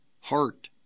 heart